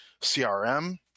CRM